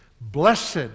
Blessed